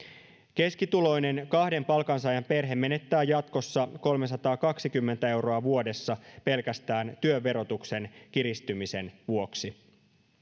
keskituloinen kahden palkansaajan perhe menettää jatkossa kolmesataakaksikymmentä euroa vuodessa pelkästään työn verotuksen kiristymisen vuoksi